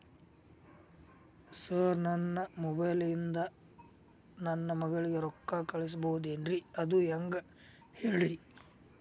sir ನನ್ನ mobile ಇಂದ ನನ್ನ ಮಗಳಿಗೆ ರೊಕ್ಕಾ ಕಳಿಸಬಹುದೇನ್ರಿ ಅದು ಹೆಂಗ್ ಹೇಳ್ರಿ